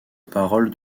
parole